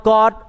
God